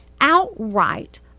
outright